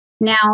Now